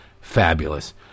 fabulous